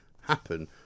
happen